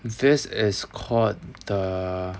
this is called the